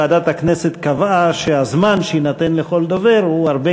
ועדת הכנסת קבעה שהזמן שיינתן לכל דובר הוא הרבה